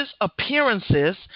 appearances